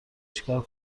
چیکار